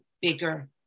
bigger